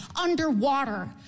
underwater